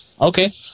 Okay